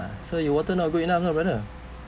so you water not good enough you know brother